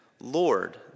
Lord